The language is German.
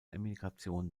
emigration